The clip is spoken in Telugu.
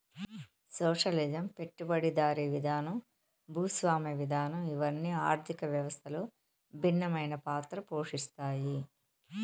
సోషలిజం పెట్టుబడిదారీ విధానం భూస్వామ్య విధానం ఇవన్ని ఆర్థిక వ్యవస్థలో భిన్నమైన పాత్ర పోషిత్తాయి